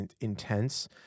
intense